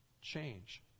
change